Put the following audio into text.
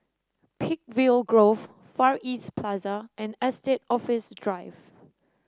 Peakville Grove Far East Plaza and Estate Office Drive